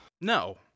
No